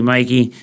Mikey